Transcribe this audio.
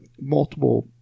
multiple